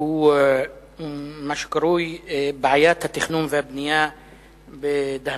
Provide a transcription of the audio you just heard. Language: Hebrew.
הוא מה שקרוי בעיית התכנון והבנייה בדהמש.